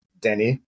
Denny